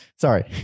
Sorry